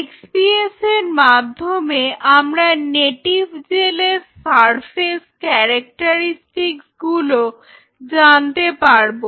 XPS এর মাধ্যমে আমরা নেটিভ জেলের সারফেস ক্যারেক্টারিস্টিকস্ গুলো জানতে পারব